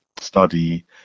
study